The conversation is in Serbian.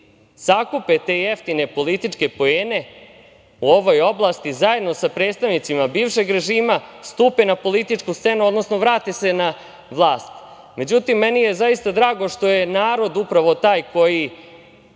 sakupe te jeftine političke poene u ovoj oblasti, zajedno sa predstavnicima bivšeg režima stupe na političku scenu, odnosno vrate na vlast.Međutim, meni je zaista drago što je narod upravo taj koji